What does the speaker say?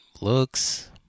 looks